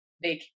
big